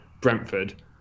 Brentford